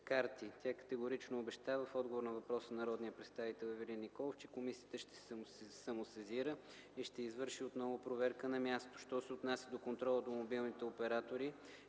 Тя категорично обеща, в отговор на въпроса на народния представител Ивелин Николов, че комисията ще се самосезира и ще извърши отново проверка на място. Що се отнася до контрола върху мобилните оператори